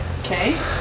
okay